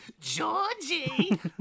Georgie